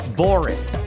boring